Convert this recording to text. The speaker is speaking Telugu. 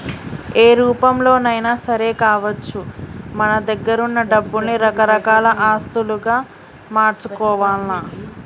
ఏ రూపంలోనైనా సరే కావచ్చు మన దగ్గరున్న డబ్బుల్ని రకరకాల ఆస్తులుగా మార్చుకోవాల్ల